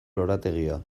lorategia